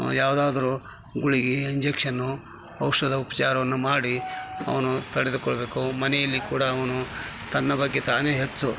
ಯಾವ್ದಾದರೂ ಗುಳಿಗೆ ಇಂಜೆಕ್ಷನು ಔಷಧ ಉಪಚಾರವನ್ನ ಮಾಡಿ ಅವನ್ನು ತಡೆದುಕೊಳ್ಬೇಕು ಮನೆಯಲ್ಲಿ ಕೂಡ ಅವನು ತನ್ನ ಬಗ್ಗೆ ತಾನೇ ಹೆಚ್ಚು